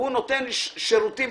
והוא נותן שירותים,